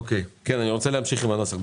אני רוצה להמשיך עם הנוסח.